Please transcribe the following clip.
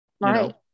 Right